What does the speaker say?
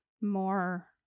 more